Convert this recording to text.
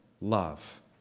love